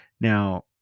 now